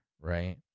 right